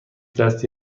دستی